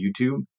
youtube